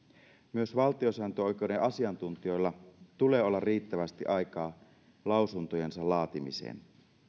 myös valtiosääntöoikeuden asiantuntijoilla tulee olla riittävästi aikaa lausuntojensa laatimiseen